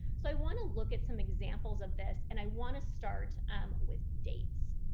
so i want to look at some examples of this, and i want to start um with dates.